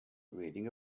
reading